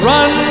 Run